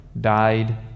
died